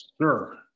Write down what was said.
Sir